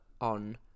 on